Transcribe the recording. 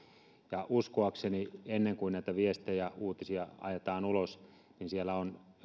ja ennen kuin näitä viestejä uutisia ajetaan ulos niin uskoakseni siellä on